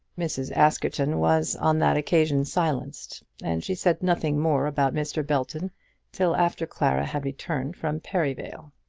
mrs. askerton was on that occasion silenced, and she said nothing more about mr. belton till after clara had returned from perivale.